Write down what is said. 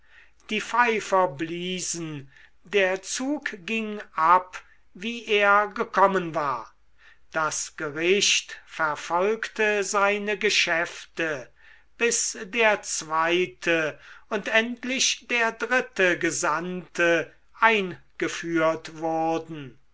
die pfeifer bliesen der zug ging ab wie er gekommen war das gericht verfolgte seine geschäfte bis der zweite und endlich der dritte gesandte eingeführt wurden